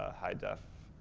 ah high def,